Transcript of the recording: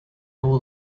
all